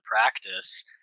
practice